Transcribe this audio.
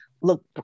look